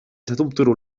ستمطر